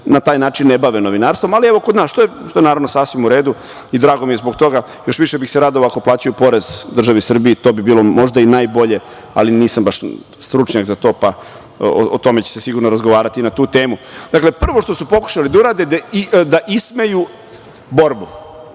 na taj način ne bave novinarstvom, ali evo kod nas, što je sasvim u redu i drago mi je zbog toga. Još više bih se radovao ako plaćaju pored državi Srbiji. To bi bilo možda i najbolje, ali nisam baš stručnjak za to. Razgovaraće se sigurno i na tu temu. Dakle, prvo što su pokušali da urade, da ismeju borbu,